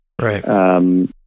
Right